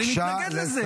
-- אני מתנגד לזה.